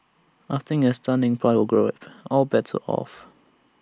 after A stunning power grab all bets are off